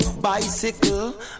bicycle